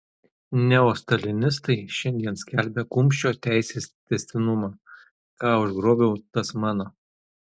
neostalinistai šiandien skelbia kumščio teisės tęstinumą ką užgrobiau tas mano